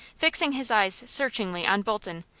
fixing his eyes searchingly on bolton,